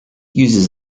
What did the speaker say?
uses